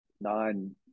nine